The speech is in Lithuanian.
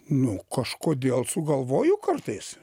nu kažkodėl sugalvoju kartais